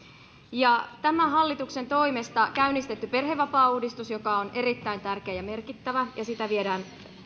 tämän hallituksen toimesta on käynnistetty perhevapaauudistus joka on erittäin tärkeä ja merkittävä ja sitä viedään